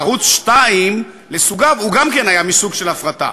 ערוץ 2 לסוגיו גם כן היה מין סוג של הפרטה,